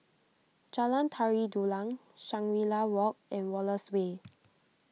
Jalan Tari Dulang Shangri La Walk and Wallace Way